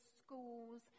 schools